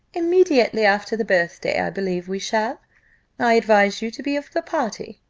immediately after the birthday, i believe we shall i advise you to be of the party.